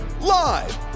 live